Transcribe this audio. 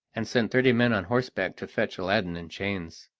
and sent thirty men on horseback to fetch aladdin in chains.